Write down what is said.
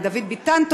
לדוד ביטן,